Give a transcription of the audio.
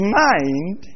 mind